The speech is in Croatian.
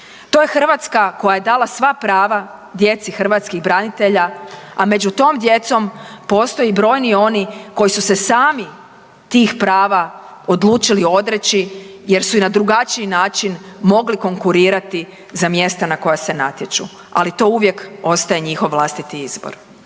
To je Hrvatska koja je dala sva prava djeci hrvatskih branitelja, a među tom djecom postoje brojni oni koji su se sami tih prava odlučili odreći jer su i na drugačiji način mogli konkurirati za mjesta na koja se natječu ali to uvijek ostaje njihov vlastiti izbor.